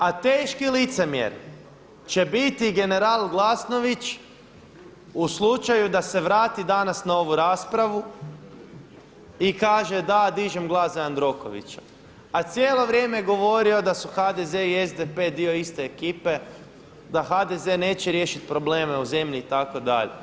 A teški licemjer će biti general Glasnović u slučaju da se vrati danas na ovu raspravu i kaže da dižem glas za Jandrokovića a cijelo vrijeme je govorio da su HDZ i SDP dio iste ekipe, da HDZ neće riješiti probleme u zemlji itd.